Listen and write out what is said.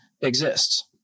exists